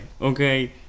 Okay